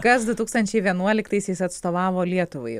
kas du tūkstančiai vienuoliktaisiais atstovavo lietuvai